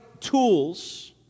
tools